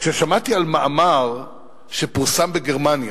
כששמעתי על מאמר שפורסם בגרמניה,